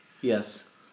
Yes